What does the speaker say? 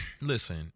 listen